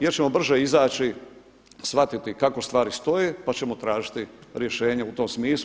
Jer ćemo brže izaći, shvatiti kako stvari stoje, pa ćemo tražiti rješenje u tom smislu.